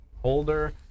holder